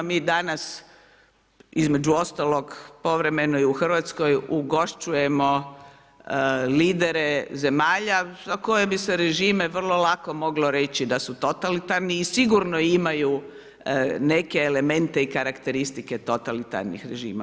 Mi danas između ostalog, povremeno i u Hrvatskoj, ugošćujemo lidere zemalja za koje bi se režime vrlo lako moglo reći da su totalitarni i sigurno imaju neke elemente i karakteristike totalitarnih režima.